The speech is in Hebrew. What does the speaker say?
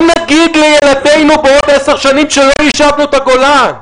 מה נגיד לילדינו בעוד עשר שנים כשלא יישבנו את הגולן,